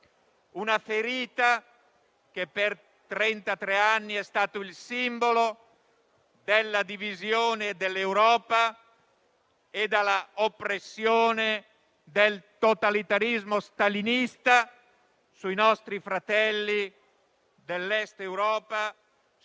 una ferita che per trentatré anni è stata il simbolo della divisione dell'Europa e dell'oppressione del totalitarismo stalinista sui nostri fratelli dell'Est Europa,